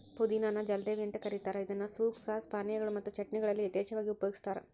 ಪುದಿನಾ ನ ಜಲದೇವಿ ಅಂತ ಕರೇತಾರ ಇದನ್ನ ಸೂಪ್, ಸಾಸ್, ಪಾನೇಯಗಳು ಮತ್ತು ಚಟ್ನಿಗಳಲ್ಲಿ ಯಥೇಚ್ಛವಾಗಿ ಉಪಯೋಗಸ್ತಾರ